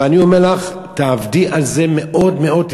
ואני אומר לך, תעבדי על זה מאוד מאוד.